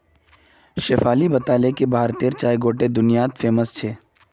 शेफाली बताले कि भारतेर चाय गोट्टे दुनियात फेमस छेक